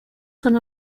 son